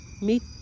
meet